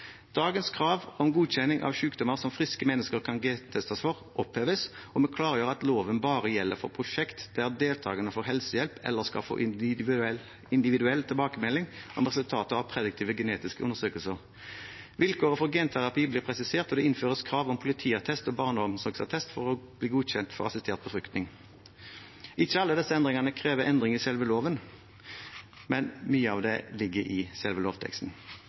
Dagens krav om godkjenning av sykdommer som friske mennesker kan gentestes for, oppheves, og vi klargjør at loven bare gjelder for prosjekter der deltakerne får helsehjelp eller skal få individuell tilbakemelding om resultatet av prediktive genetiske undersøkelser. Vilkåret for genterapi blir presisert, og det innføres krav om politiattest og barneomsorgsattest for å bli godkjent for assistert befruktning. Ikke alle disse endringene krever endringer i selve loven, men mye av det ligger i selve lovteksten.